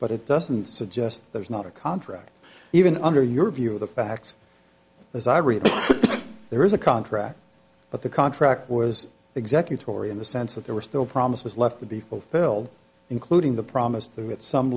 but it doesn't suggest there is not a contract even under your view of the facts as i read it there is a contract but the contract was executive order in the sense that there were still promise was left to be fulfilled including the promise through at some